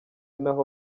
naho